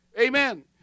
Amen